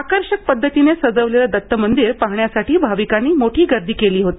आकर्षक पद्धतीने सजवलेलं दत्तमंदिर पाहण्यासाठी भाविकांनी मोठी गर्दी केली होती